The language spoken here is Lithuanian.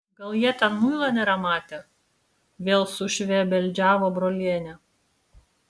gal jie ten muilo nėra matę vėl sušvebeldžiavo brolienė